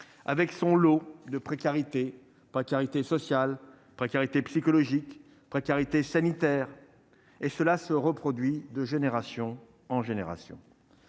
avec son lot de précarité précarité sociale, précarité psychologique précarité sanitaire et cela se reproduit de génération en génération,